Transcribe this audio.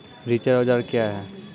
रिचर औजार क्या हैं?